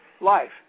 life